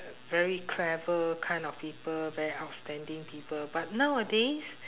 very clever kind of people very outstanding people but nowadays